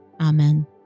Amen